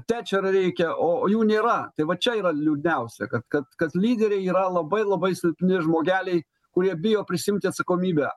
tečer reikia o o jų nėra tai va čia yra liūdniausia kad kad kad lyderiai yra labai labai silpni žmogeliai kurie bijo prisiimti atsakomybę